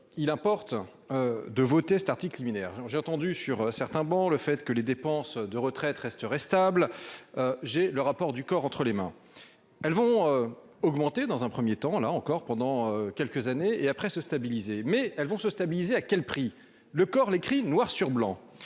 Il importe. De voter cet article liminaire. J'ai entendu sur certains bancs le fait que les dépenses de retraite resterait stable. J'ai le rapport du COR entre les mains. Elles vont augmenter dans un 1er temps, là encore pendant quelques années et après se stabiliser, mais elles vont se stabiliser à quel prix le corps l'écrit noir sur blanc,